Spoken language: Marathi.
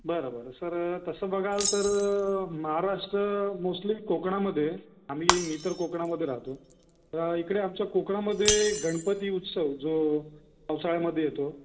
बरं बरं सर तसं बघाल तर महाराष्ट्र मोस्टली कोकणामध्ये आम्ही मी तर कोकणामध्ये राहतो तर इकडे आमच्या कोकणामध्ये गणपती उत्सव जो पावसाळ्यामध्ये येतो